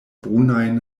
brunajn